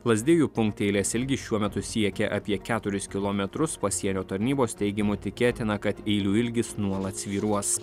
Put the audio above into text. lazdijų punkte eilės ilgis šiuo metu siekia apie keturis kilometrus pasienio tarnybos teigimu tikėtina kad eilių ilgis nuolat svyruos